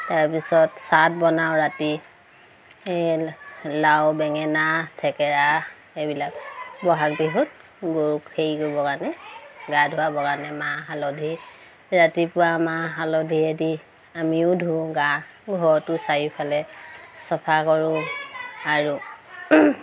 তাৰপিছত ছাত বনাওঁ ৰাতি এই লাও বেঙেনা থেকেৰা এইবিলাক বহাগ বিহুত গৰুক হেৰি কৰিবৰ কাৰণে গা ধুৱাবৰ কাৰণে মাহ হালধি ৰাতিপুৱা মাহ হালধিয়ে দি আমিও ধুওঁ গা ঘৰটো চাৰিওফালে চফা কৰোঁ আৰু